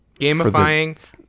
Gamifying